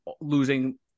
losing –